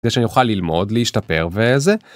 זה שאני יוכל ללמוד להשתפר וזה.